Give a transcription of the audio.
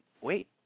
wait